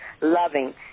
loving